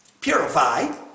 purified